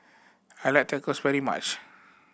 I like Tacos very much